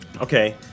Okay